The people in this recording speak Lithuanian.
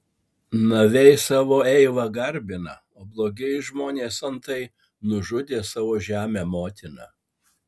naviai savo eivą garbina o blogieji žmonės antai nužudė savo žemę motiną